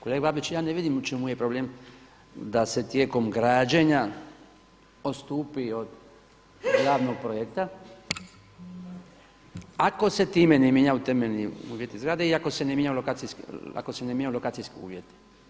Kolega Babić, ja ne vidim u čemu je problem da se tijekom građenja odstupi od javnog projekta ako se time ne mijenjaju temeljni uvjeti zgrade i ako se ne mijenjaju lokacijski uvjeti.